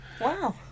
Wow